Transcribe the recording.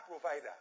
provider